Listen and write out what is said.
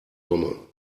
komme